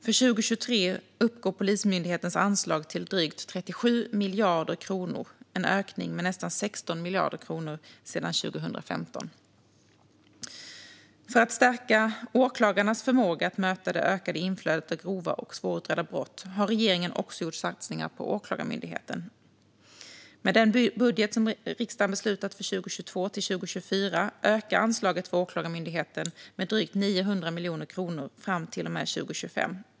För 2023 uppgår Polismyndighetens anslag till drygt 37 miljarder kronor, en ökning med nästan 16 miljarder kronor sedan 2015. För att stärka åklagarnas förmåga att möta det ökade inflödet av grova och svårutredda brott har regeringen också gjort satsningar på Åklagarmyndigheten. Med den budget som riksdagen beslutat för 2022-2024 ökar anslaget för Åklagarmyndigheten med drygt 900 miljoner kronor fram till och med 2025.